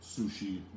sushi